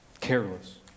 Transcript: careless